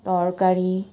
তৰকাৰী